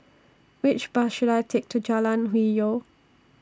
Which Bus should I Take to Jalan Hwi Yoh